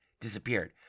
disappeared